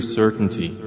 certainty